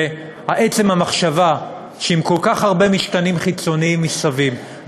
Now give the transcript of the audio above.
ועצם המחשבה שעם כל כך הרבה משתנים חיצוניים מסביב,